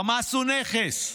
חמאס הוא נכס,